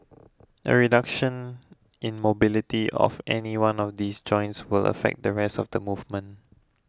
a reduction in mobility of any one of these joints will affect the rest of the movement